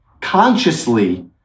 consciously